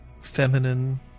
feminine